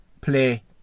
play